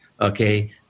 okay